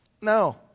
No